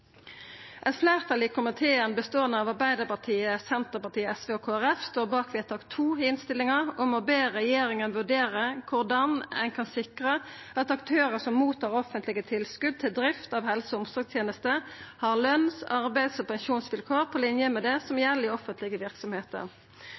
Eit fleirtal i komiteen som består av Arbeidarpartiet, Senterpartiet, SV og Kristeleg Folkeparti, står bak vedtak II i innstillinga, om å be regjeringa vurdera korleis ein kan sikra at aktørar som mottar offentlege tilskot til drift av helse- og omsorgstenester, har løns-, arbeids- og pensjonsvilkår på linje med det som